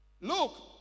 look